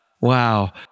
wow